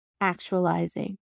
actualizing